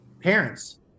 parents